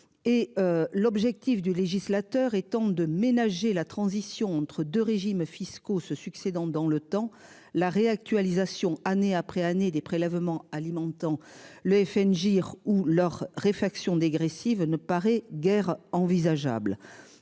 l'objectif du législateur et tente de ménager la transition entre deux régimes fiscaux se succédant dans le temps la réactualisation, année après année des prélèvements alimentant le FNJ. Leur réfaction dégressives ne paraît guère envisageable